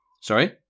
sorry